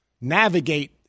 navigate